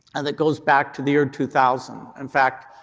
and that goes back to the year two thousand. in fact,